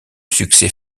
succès